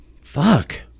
fuck